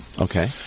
Okay